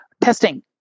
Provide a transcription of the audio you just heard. testing